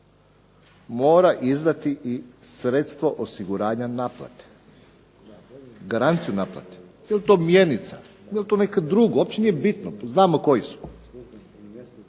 izdati i sredstvo osiguranja naplate, garanciju naplate. Jel to mjenica, jel to nešto drugo uopće nije bitno, znamo koji su.